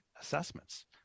assessments